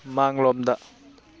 ꯃꯥꯡꯂꯣꯝꯗ